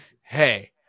Hey